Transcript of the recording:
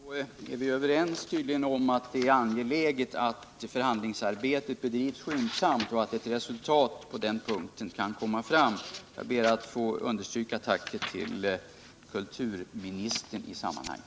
Herr talman! Statsrådet Wikström och jag är tydligen överens om att det är angeläget att förhandlingsarbetet bedrivs skyndsamt, så att ett resultat kan komma fram. Jag ber att få understryka tacket till kulturministern i sammanhanget.